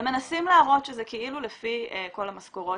מנסים להראות שזה כאילו לפי כל המשכורות,